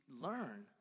learn